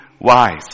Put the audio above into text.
wise